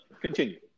Continue